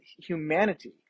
humanity